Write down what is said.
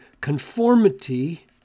conformity